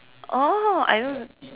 oh I don't